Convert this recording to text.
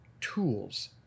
tools